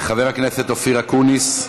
חבר הכנסת אופיר אקוניס.